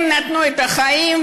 הם נתנו את החיים,